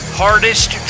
hardest